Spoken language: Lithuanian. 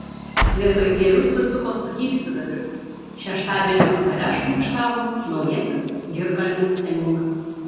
vietoj gėlių sutiko su gyvsidabriu šeštadienio vakare šmaikštavo naujasis girkalnio seniūnas